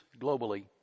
globally